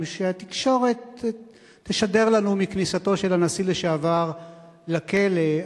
שהתקשורת תשדר לנו מכניסתו של הנשיא לשעבר לכלא.